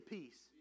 peace